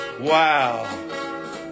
Wow